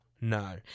no